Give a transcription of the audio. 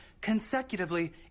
consecutively